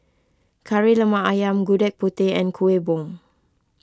Kari Lemak Ayam Gudeg Putih and Kuih Bom